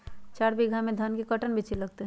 चार बीघा में धन के कर्टन बिच्ची लगतै?